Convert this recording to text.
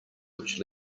which